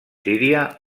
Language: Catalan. síria